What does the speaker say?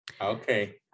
okay